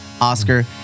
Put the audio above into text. Oscar